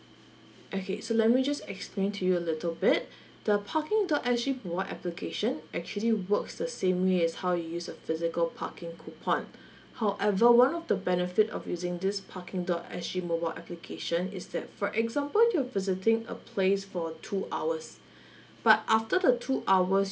okay so let me just explain to you a little bit the parking dot S G mobile application actually works the same way as how you use a physical parking coupon however one of the benefit of using this parking dot S G mobile application is that for example you're visiting a place for two hours but after the two hours